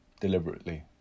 deliberately